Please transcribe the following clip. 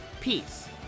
Peace